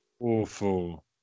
Awful